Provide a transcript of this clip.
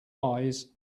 eyes